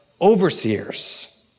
overseers